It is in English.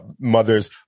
mothers